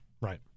Right